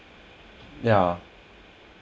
yeah